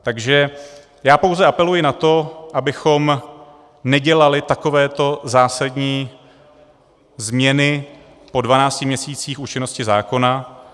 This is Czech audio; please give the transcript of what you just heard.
Takže já pouze apeluji na to, abychom nedělali takovéto zásadní změny po 12 měsících účinnosti zákona.